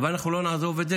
אבל אנחנו לא נעזוב את זה.